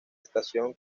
estación